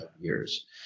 years